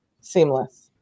seamless